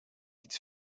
iets